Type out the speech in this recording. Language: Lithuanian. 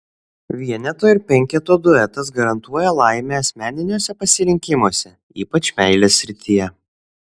vieneto ir penketo duetas garantuoja laimę asmeniniuose pasirinkimuose ypač meilės srityje